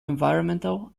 environmental